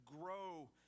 grow